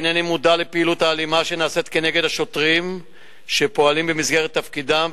הנני מודע לפעילות האלימה שנעשית כנגד השוטרים שפועלים במסגרת תפקידם,